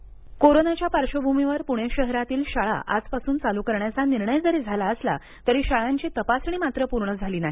शाळांबाबत निर्णय कोरोनाच्या पार्श्वभूमीवर पुणे शहरातील शाळा आजपासून चालू करण्याचा निर्णय जरी झाला असला तरी शाळांची तपासणी मात्र पूर्ण झाली नाही